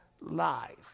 live